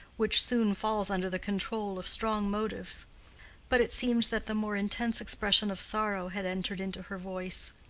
which soon falls under the control of strong motives but it seemed that the more intense expression of sorrow had entered into her voice.